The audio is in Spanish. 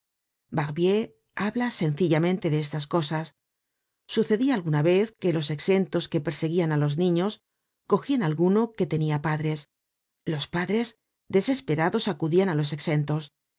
barbier habla sencillamente de estas cosas sucedia alguna vez que los exentos que perseguian á los niños cogian alguno que tenia padres los padres desesperados acudian á los exentos